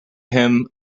him